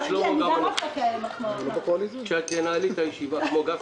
בגלל הטיפול הנאות והמהיר אנחנו נצטרף להצבעות של הקואליציה.